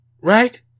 Right